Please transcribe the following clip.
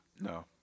No